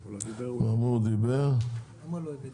קטנים ובינוניים אבל בואו נתחיל בלתת